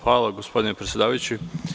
Hvala, gospodine predsedavajući.